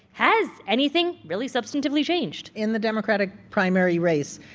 has anything really, substantively, changed? in the democratic primary race,